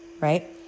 right